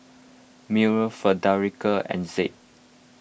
Miller Frederica and Zeb